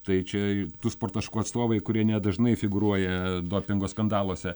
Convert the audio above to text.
tai čiai tų sporto šakų atstovai kurie nedažnai figūruoja dopingo skandaluose